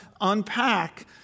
unpack